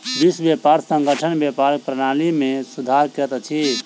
विश्व व्यापार संगठन व्यापार प्रणाली में सुधार करैत अछि